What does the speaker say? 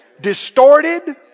Distorted